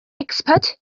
expert